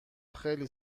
خیلی